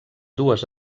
dues